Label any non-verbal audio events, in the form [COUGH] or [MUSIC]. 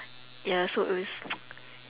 ya so it was [NOISE]